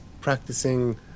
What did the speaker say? practicing